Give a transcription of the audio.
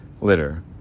litter